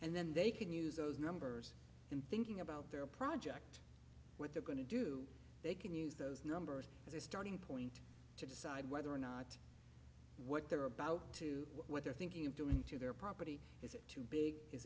and then they can use those numbers in thinking about their project what they're going to do they can use those numbers as a starting point to decide whether or not what they're about to what they're thinking of doing to their property is it too big is